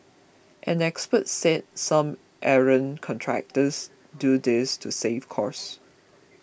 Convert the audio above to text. an expert said some errant contractors do this to save costs